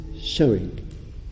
showing